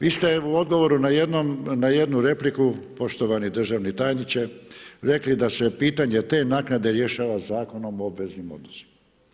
Vi ste u odgovoru na jednu repliku, poštovani državni tajniče rekli da se pitanje te naknade rješava Zakonom o obveznim odnosima.